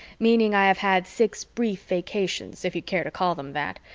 meaning i have had six brief vacations, if you care to call them that,